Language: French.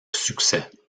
succès